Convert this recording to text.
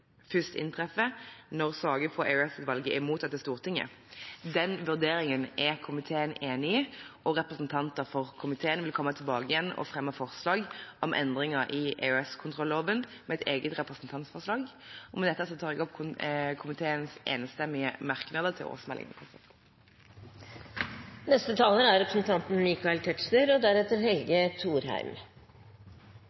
først inntreffer når saker fra EOS-utvalget er mottatt i Stortinget. Den vurderingen er komiteen enig. Representanter for komiteen vil komme tilbake og fremme forslag til endringer i EOS-kontrolloven i et eget representantforslag. Med dette anbefaler jeg komiteens enstemmige merknader til årsmeldingen. Dette er en sak fra kontroll- og konstitusjonskomiteen, som har arbeidet grundig med både denne saken og